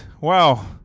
wow